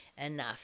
enough